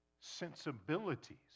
sensibilities